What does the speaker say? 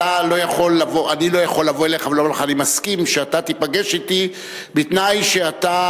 אני לא יכול לבוא אליך ולומר לך: אני מסכים שתיפגש אתי בתנאי שאתה